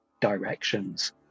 directions